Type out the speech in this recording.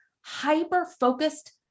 hyper-focused